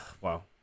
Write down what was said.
wow